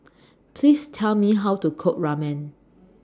Please Tell Me How to Cook Ramen